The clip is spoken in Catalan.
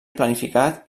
planificat